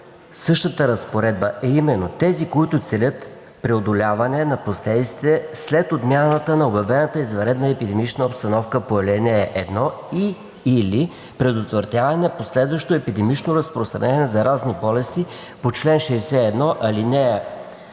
същата разпоредба е именно: „Тези, които целят преодоляване на последиците след отмяната на обявената извънредна епидемична обстановка по ал. 1 и/или предотвратяване на последващо епидемично разпространение на заразни болести по чл. 61, ал.